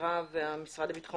המשטרה והמשרד לביטחון